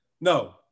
no